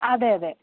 അതെയതെ